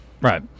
Right